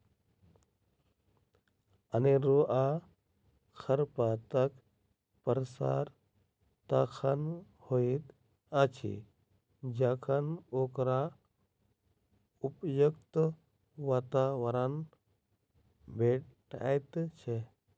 अनेरूआ खरपातक प्रसार तखन होइत अछि जखन ओकरा उपयुक्त वातावरण भेटैत छै